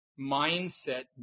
mindset